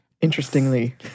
Interestingly